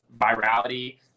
virality